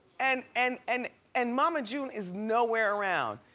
and and and and mama june is nowhere around.